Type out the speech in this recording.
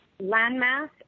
landmass